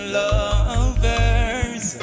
lovers